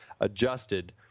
adjusted